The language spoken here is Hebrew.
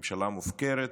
מממשלה מופקרת.